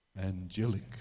angelic